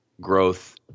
growth